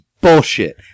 bullshit